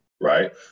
right